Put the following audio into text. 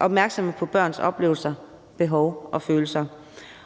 opmærksomme på børnenes oplevelser, behov og følelser,